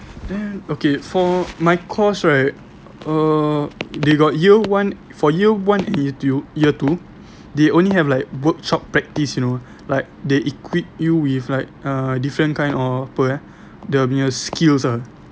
then okay for my course right uh they got year one for year one to year two they only have like workshop practice you know like they equip you with like uh different kind of apa eh dia punya skills ah